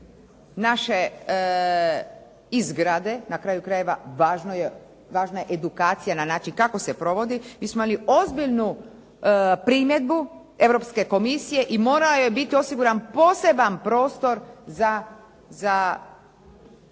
naše i zgrade, na kraju krajeva važna je edukacija na način kako se provodi. Mi smo imali ozbiljnu primjedbu Europske komisije i morao je biti osiguran poseban prostor za